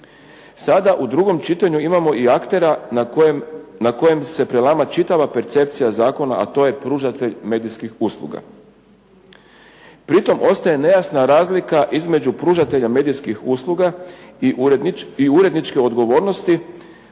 Sada u drugom čitanju imamo i aktera na kojem se prelama čitava percepcija zakona a to je pružatelj medijskih usluga. Pri tim ostaje nejasna razlika između pružatelja medijskih usluga i uredničke odgovornosti